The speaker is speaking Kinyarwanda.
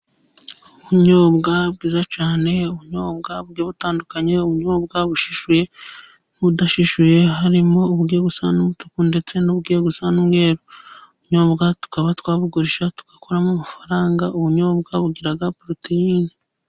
Ubunyobwa bwiza cyane ubunyobwa bugiye butandukanye, ubunyobwa bushishuye n'ubudashishuye harimo ubugiye gusa n'umutuku, ndetse n'ubugiye gusa n'umweru . Ubunyobwa tukaba twabugurisha tugakuramo amafaranga, ubunyobwa bugira poroteyine.